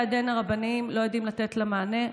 הדין הרבניים לא יודעים לתת לה מענה.